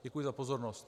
Děkuji za pozornost.